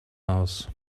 house